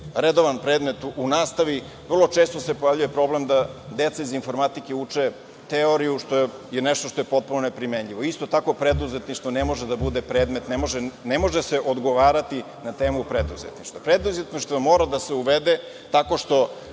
redovan predmet u nastavi, vrlo često se pojavljuje problem da deca iz informatike uče teoriju što je nešto što je potpuno nepromenljivo. Isto tako preduzetništvo ne može da bude predmet, ne može se odgovarati na temu preduzetništva. Preduzetništvo mora da se uvede tako što